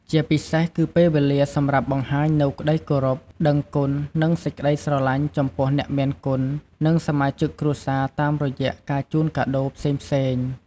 ជាពិសេសគឺពេលវេលាសម្រាប់បង្ហាញនូវក្តីគោរព ដឹងគុណ និងសេចក្តីស្រឡាញ់ចំពោះអ្នកមានគុណ និងសមាជិកគ្រួសារតាមរយៈការជូនកាដូរផ្សេងៗ។